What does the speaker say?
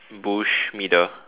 bush middle